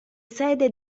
sede